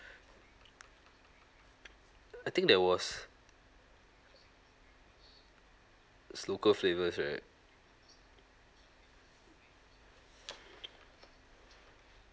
I think there was is local flavours right